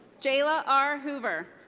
jayla r. hoover.